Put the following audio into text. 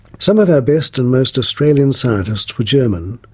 some of our best and most australian scientists were german,